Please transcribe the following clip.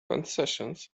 concessions